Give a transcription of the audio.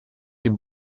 dem